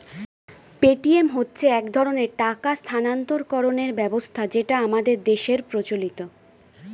Paytm হচ্ছে এক ধরনের টাকা স্থানান্তরকরণের ব্যবস্থা যেটা আমাদের দেশের প্রচলিত